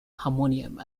harmonium